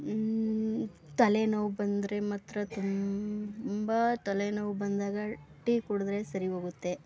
ತಲೆ ನೋವು ಬಂದರೆ ಮಾತ್ರ ತುಂಬ ತಲೆ ನೋವು ಬಂದಾಗ ಟೀ ಕುಡಿದ್ರೆ ಸರಿ ಹೋಗುತ್ತೆ